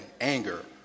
anger